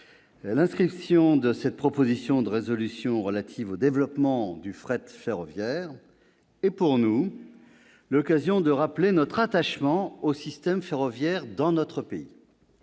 du jour de cette proposition de résolution relative au développement du fret ferroviaire est pour nous l'occasion de rappeler notre attachement au système ferroviaire dans notre pays.